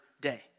day